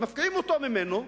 מפקיעים אותו ממנו,